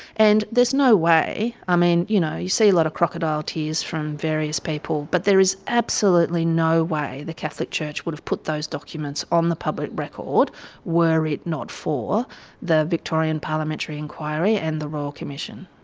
and there's no way, i mean, you know you see a lot of crocodile tears from various people, but there is absolutely no way the catholic church would have put those documents on the public record were it not for the victorian parliamentary inquiry and the royal commission.